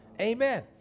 Amen